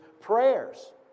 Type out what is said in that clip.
prayers